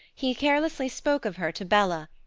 he carelessly spoke of her to bella,